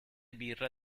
birra